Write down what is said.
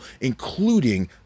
including